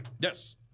Yes